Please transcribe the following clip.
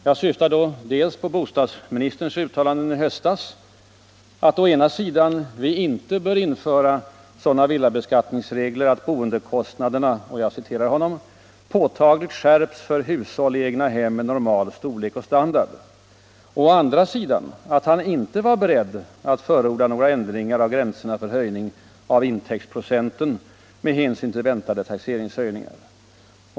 Jag syftar då på bostadsministerns uttalanden i höstas att å ena sidan vi inte bör införa sådana villabeskattningsregler att boendekostnaderna ”påtagligt skärps för hushåll i egnahem med normal storlek och standard”, och å andra sidan att han inte var beredd att förorda några ändringar i gränserna för höjning av intäktsprocenten med hänsyn till väntade taxeringsvärdehöjningar.